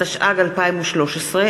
התשע"ג 2013,